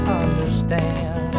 understand